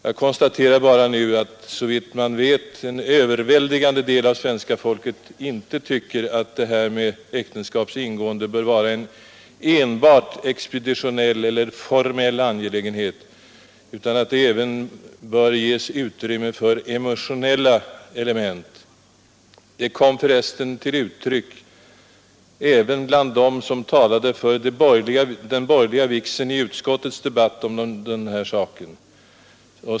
Jag konstaterar nu bara att såvitt man vet en överväldigande del av svenska folket inte tycker att äktenskaps ingående bör vara enbart en expeditionell eller formell angelägenhet, utan att det då även bör ges utrymme för t.ex. emotionella element. Detta kom förresten till uttryck även bland dem som talade för det borgerliga vigselalternativet i utskottets debatt om denna sak.